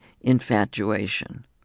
infatuation